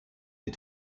des